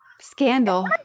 Scandal